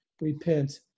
repent